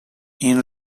این